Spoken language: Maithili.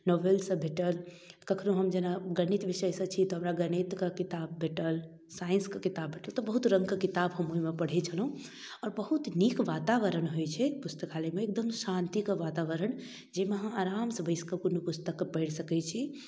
नोवेल सब भेटल कखनो हम जेना गणित विषयसँ छी तऽ हमरा गणितके किताब भेटल साइंसके किताब भेटल तऽ बहुत रंगके किताब हम ओइमे पढ़ै छलहुँ आओर बहुत नीक वातावरण होइ छै पुस्तकालयमे एकदम शान्तिक वातावरण जाहिमे अहाँ आरामसँ बैसिकऽ कोनो पुस्तकके पढ़ि सकय छी